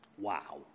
Wow